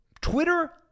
Twitter